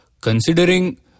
Considering